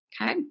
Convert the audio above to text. okay